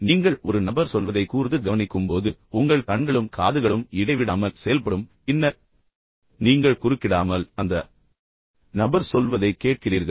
நீங்கள் ஒரு நபர் சொல்வதை கூர்ந்து கவனிக்கும் போது உங்கள் கண்களும் காதுகளும் இடைவிடாமல் செயல்படும் பின்னர் நீங்கள் குறுக்கிடாமல் அந்த நபர் சொல்வதை கேட்கிறீர்கள்